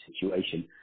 situation